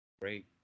great